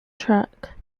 track